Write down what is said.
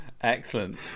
Excellent